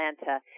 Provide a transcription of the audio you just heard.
Atlanta